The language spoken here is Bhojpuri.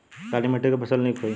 काली मिट्टी क फसल नीक होई?